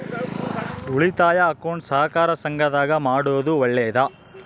ಉಳಿತಾಯ ಅಕೌಂಟ್ ಸಹಕಾರ ಸಂಘದಾಗ ಮಾಡೋದು ಒಳ್ಳೇದಾ?